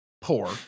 poor